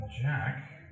Jack